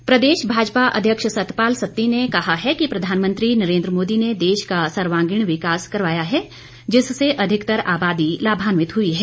सत्ती प्रदेश भाजपा अध्यक्ष सतपाल सत्ती ने कहा है कि प्रधानमंत्री नरेंद्र मोदी ने देश का सर्वांगीण विकास करवाया है जिससे अधिकतर आबादी लाभान्वित हुई है